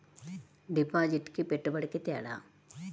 డిపాజిట్కి పెట్టుబడికి తేడా?